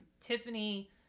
Tiffany